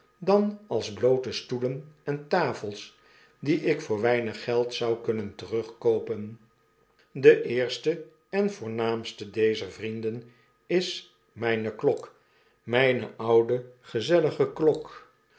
dan als bloote stoelen en tafels die ik voor weinig geld zou kunnen terugkoopen de eerste en voornaamste dezer vrienden is myne klok myne oude gezellie